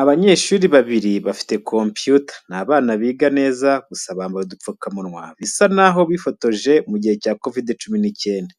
Abanyeshuri babiri bafite kompiyuta, ni abana biga neza gusa bambaye udupfukamunwa bisa naho bifotoje mu gihe cya kovide cumi n'icyenda.